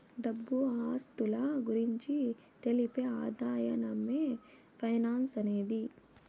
డబ్బు ఆస్తుల గురించి తెలిపే అధ్యయనమే ఫైనాన్స్ అనేది